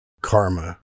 karma